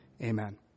Amen